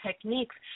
techniques